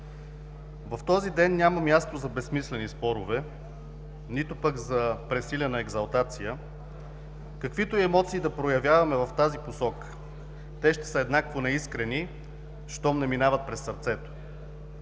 В този ден няма място за безсмислени спорове, нито пък за пресилена екзалтация. Каквито и емоции да проявяваме в тази посока, те ще са еднакво неискрени, щом не минават през сърцето.